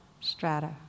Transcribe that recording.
strata